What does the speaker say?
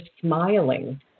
smiling